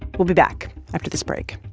we'll be back after this break